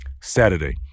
Saturday